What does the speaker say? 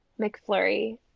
McFlurry